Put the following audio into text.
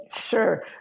Sure